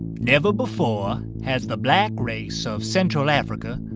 never before has the black race of central africa,